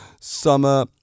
summer